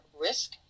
risk